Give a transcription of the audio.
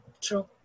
True